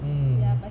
mm